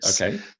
Okay